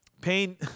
Pain